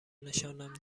نشانم